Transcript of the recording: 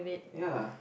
ya